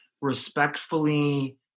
respectfully